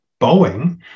Boeing